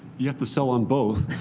you have to sell on both.